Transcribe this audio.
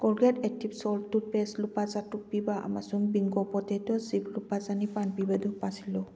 Colgate active salt toothpaste ꯂꯨꯄꯥ ꯆꯥꯇꯔꯨꯛ ꯄꯤꯕ ꯑꯃꯁꯨꯡ ꯕꯤꯡꯒꯣ ꯄꯣꯇꯦꯇꯣ ꯆꯤꯞ ꯂꯨꯄꯥ ꯆꯥꯅꯤꯄꯥꯜ ꯄꯤꯕꯗꯨ ꯄꯥꯁꯤꯜꯂꯨ